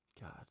God